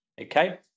Okay